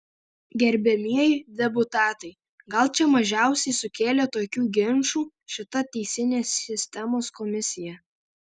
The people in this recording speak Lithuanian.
gerbiamieji deputatai gal čia mažiausiai sukėlė tokių ginčų šita teisinės sistemos komisija